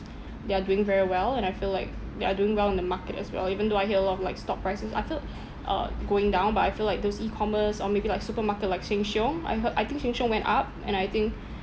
they are doing very well and I feel like they are doing well in the market as well even though I hear a lot of like stock prices I feel uh going down but I feel like those e commerce or maybe like supermarket like sheng-siong I hea~ I think sheng-siong went up and I think